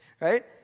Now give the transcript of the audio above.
right